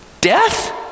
Death